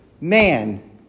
man